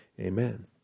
amen